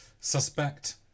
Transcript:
suspect